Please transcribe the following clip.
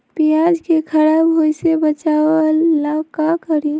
प्याज को खराब होय से बचाव ला का करी?